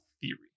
theory